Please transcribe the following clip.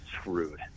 screwed